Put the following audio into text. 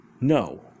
No